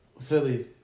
Philly